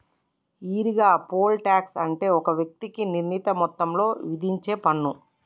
ఈరిగా, poll tax అంటే ఒక వ్యక్తికి నిర్ణీత మొత్తంలో ఇధించేపన్ను